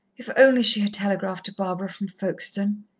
if only she had telegraphed to barbara from folkestone!